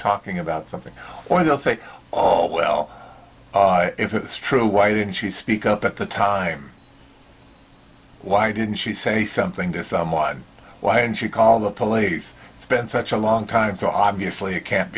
talking about something or they'll say oh well if it's true why the and she speak up at the time why didn't she say something to someone why didn't she call the police it's been such a long time so obviously it can't